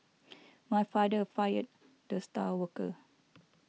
my father fired the star worker